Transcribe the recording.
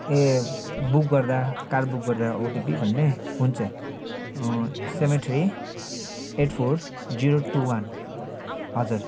ए book गर्दा car book गर्दा OTP भन्ने हुन्छ seven three eight four zero two one हजुर